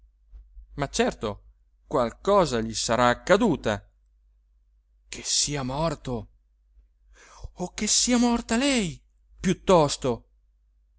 ma certo qualcosa gli sarà accaduta che sia morto o che sia morta lei piuttosto